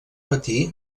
patir